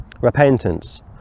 repentance